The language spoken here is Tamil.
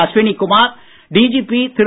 அஸ்வினி குமார் டிஜிபி திரு